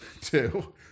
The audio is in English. Two